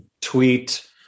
tweet